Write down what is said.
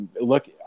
look